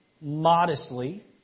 modestly